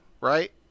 right